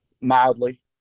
mildly